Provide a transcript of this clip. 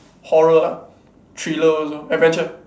horror ah thriller also adventure